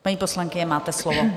Paní poslankyně, máte slovo.